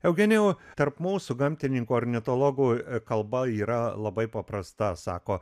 eugenijau tarp mūsų gamtininkų ornitologų kalba yra labai paprasta sako